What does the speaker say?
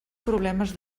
problemes